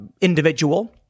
individual